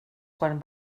quan